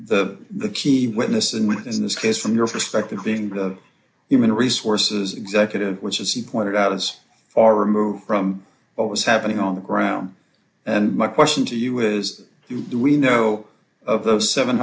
the the key witness and within this case from your perspective being the human resources executive which as he pointed out as far removed from what was happening on the ground and my question to you is do we know of those seven